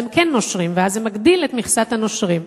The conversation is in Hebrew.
הם כן נושרים ואז זה מגדיל את מכסת הנושרים.